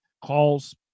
calls